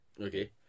Okay